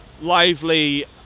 lively